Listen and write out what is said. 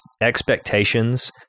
expectations